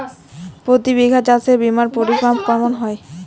প্রতি বিঘা চাষে বিমার পরিমান কেমন হয়?